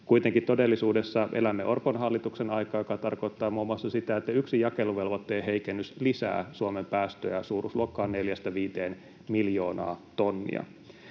Kuitenkin todellisuudessa elämme Orpon hallituksen aikaa, mikä tarkoittaa muun muassa sitä, että yksi jakeluvelvoitteen heikennys lisää Suomen päästöjä suuruusluokkaa 4—5 miljoonaa tonnia.